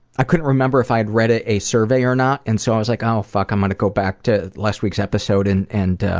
i couldn't remember if i had read ah a survey or not and so i was like, oh fuck, i'm going to go back to last week's episode and and